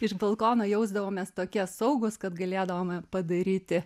iš balkono jausdavomės tokie saugūs kad galėdavome padaryti